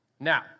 Now